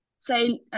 Say